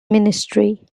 ministry